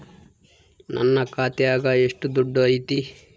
ನನ್ನ ಖಾತ್ಯಾಗ ಎಷ್ಟು ದುಡ್ಡು ಐತಿ?